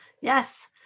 Yes